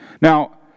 Now